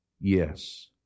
yes